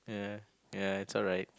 ya ya it's alright